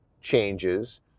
changes